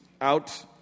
out